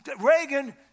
Reagan